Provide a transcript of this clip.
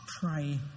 pray